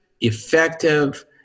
effective